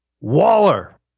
Waller